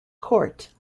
court